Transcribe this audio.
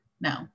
No